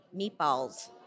meatballs